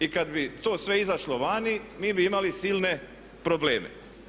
I kad bi to sve izašlo vani mi bi imali silne probleme.